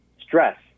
Stress